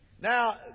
Now